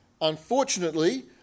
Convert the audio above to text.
Unfortunately